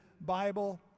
Bible